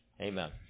Amen